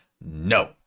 No